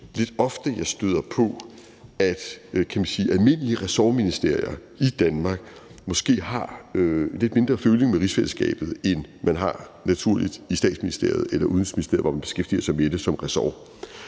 lidt ofte, at jeg støder på, at almindelige ressortministerier i Danmark måske har lidt mindre føling med rigsfællesskabet, end man har naturligt i Statsministeriet eller Udenrigsministeriet, hvor man beskæftiger sig med det som ressort,